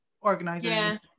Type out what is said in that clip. organizers